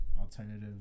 alternative